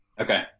Okay